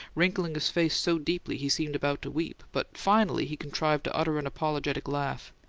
wrinkling his face so deeply he seemed about to weep but finally he contrived to utter an apologetic laugh.